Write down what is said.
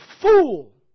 fool